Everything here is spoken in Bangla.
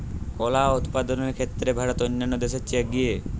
কলা উৎপাদনের ক্ষেত্রে ভারত অন্যান্য দেশের চেয়ে এগিয়ে